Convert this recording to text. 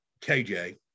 KJ